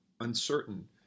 uncertain